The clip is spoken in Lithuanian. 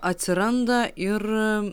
atsiranda ir